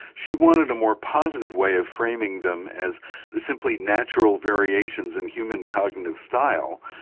she wanted a more positive way of framing them, as simply natural variations in human cognitive style,